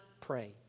pray